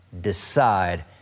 decide